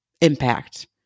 impact